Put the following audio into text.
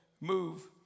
move